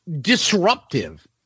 disruptive